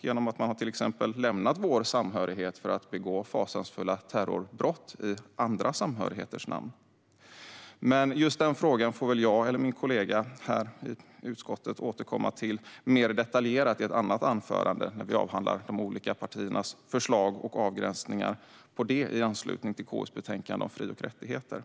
Det kan till exempel vara att man lämnat vår samhörighet för att begå fasansfulla terrorbrott i andra samhörigheters namn. Just den frågan får jag eller min kollega i utskottet återkomma till mer detaljerat i ett annat anförande när vi avhandlar de olika partiernas förslag och avgränsningar i anslutning till KU:s betänkande om fri och rättigheter.